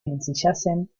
ensillasen